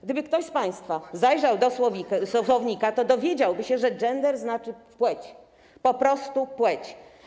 Gdyby ktoś z państwa zajrzał do słownika, to dowiedziałby się, że gender oznacza płeć, po prostu płeć.